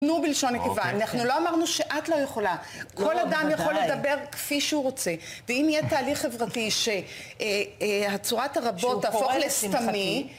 אנחנו לא אמרנו שאת לא יכולה, כל אדם יכול לדבר כפי שהוא רוצה, ואם יהיה תהליך חברתי שצורת הרבות תהפוך לסתמי